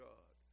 God